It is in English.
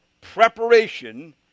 preparation